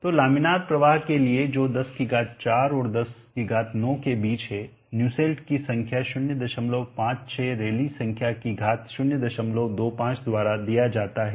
तो लामिनार प्रवाह के लिए जो 104 और 109 के बीच है न्यूसेल्ट की संख्या 056 रैली संख्या की घात 025 द्वारा दिया जाता है